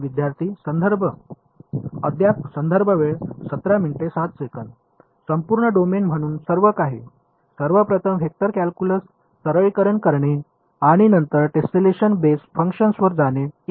विद्यार्थी अद्याप संपूर्ण डोमेन म्हणून सर्व काही सर्वप्रथम वेक्टर कॅल्क्युलस सरलीकरण करणे आणि नंतर टेसेलेशन बेस फंक्शनवर जाणे इ